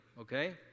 Okay